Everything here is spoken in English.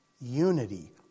unity